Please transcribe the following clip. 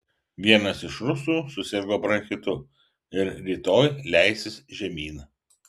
vienas iš rusų susirgo bronchitu ir rytoj leisis žemyn